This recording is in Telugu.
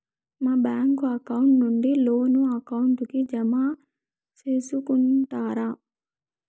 మా బ్యాంకు అకౌంట్ నుండి లోను అకౌంట్ కి జామ సేసుకుంటారా?